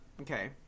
okay